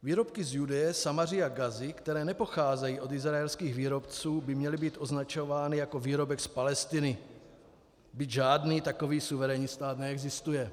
Výrobky z Judeje, Samaří a Gazy, které nepocházejí od izraelských výrobců, by měly být označovány jako výrobek z Palestiny, byť žádný takový suverénní stát neexistuje.